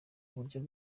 buryo